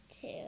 two